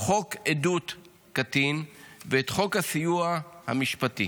את חוק עדות קטין ואת חוק הסיוע המשפטי,